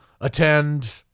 attend